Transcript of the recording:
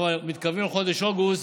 אנחנו מתקרבים לחודש אוגוסט,